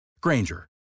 Granger